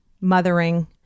mothering